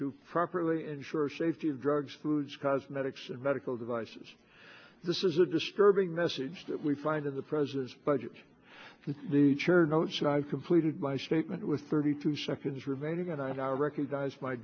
to properly ensure the safety of drugs foods cosmetics and medical devices this is a disturbing message that we find in the president's budget from the chair notes and i've completed my statement with thirty two seconds remaining and i recognize my